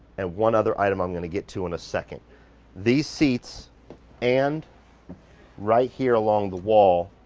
and one other item i'm going to get to in a second these seats and right here along the wall,